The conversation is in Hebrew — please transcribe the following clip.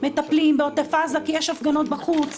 מטפלים בעוטף עזה כי יש הפגנות בחוץ,